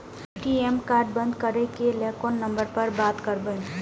ATM card बंद करे के लेल कोन नंबर पर बात करबे?